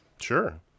sure